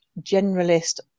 generalist